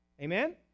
Amen